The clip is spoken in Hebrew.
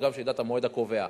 וגם שידע את המועד הקובע.